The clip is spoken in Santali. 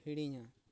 ᱦᱤᱲᱤᱧᱟ